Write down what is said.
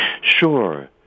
Sure